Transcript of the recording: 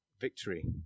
victory